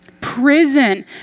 Prison